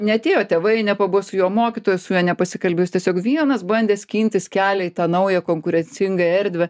neatėjo tėvai nepabuvo su juo mokytoja su juo nepasikalbėjo jis tiesiog vienas bandė skintis kelią į tą naują konkurencingą erdvę